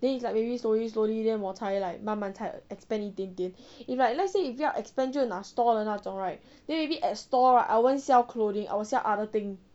then it's like maybe slowly slowly then 我才 like 慢慢才 expand 一点点 let's say if you 要 expand 就拿 stall 的那种 right then maybe at stall right I won't sell clothing I will sell other thing